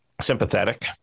sympathetic